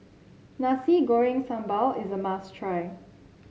Nasi Goreng Sambal is a must try